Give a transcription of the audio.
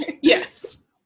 Yes